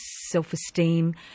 self-esteem